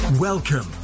Welcome